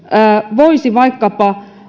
voisi vaikkapa